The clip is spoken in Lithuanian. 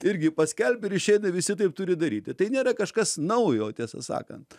tai irgi paskelbė ir išeina visi taip turi daryti tai nėra kažkas naujo tiesą sakant